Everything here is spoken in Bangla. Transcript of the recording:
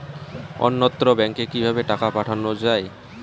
অন্যত্র ব্যংকে কিভাবে টাকা পাঠানো য়ায়?